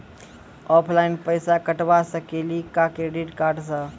Online पैसा कटवा सकेली का क्रेडिट कार्ड सा?